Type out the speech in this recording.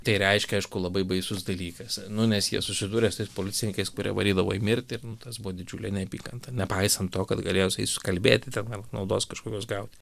tai reiškia aišku labai baisus dalykas nu nes jie susidūrė su tais policininkais kurie varydavo į mirtį ir nu tas buvo didžiulė neapykanta nepaisant to kad galėjo su jais susikalbėti ten ar naudos kažkokios gauti